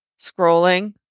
scrolling